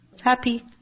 Happy